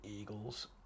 Eagles